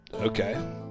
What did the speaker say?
Okay